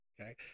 Okay